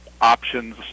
options